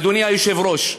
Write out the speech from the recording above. אדוני היושב-ראש,